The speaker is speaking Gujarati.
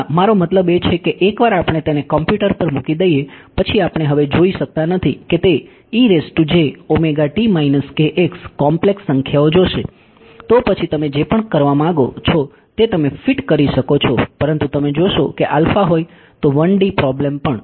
હા મારો મતલબ એ છે કે એક વાર આપણે તેને કોમ્પ્યુટર પર મૂકી દઈએ પછી આપણે હવે જોઈ શકતા નથી કે તે કોમ્પ્લેક્સ સંખ્યાઓ જોશે તો પછી તમે જે પણ કરવા માંગો છો તે તમે ફિટ કરી શકો છો પરંતુ તમે જોશો કે આલ્ફા હોય તો 1D પ્રોબ્લેમ પણ